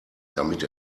damit